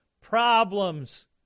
problems